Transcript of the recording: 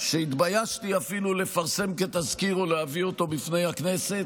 שאפילו התביישתי לפרסם כתזכיר או להביא בפני הכנסת.